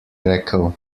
rekel